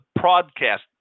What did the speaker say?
broadcast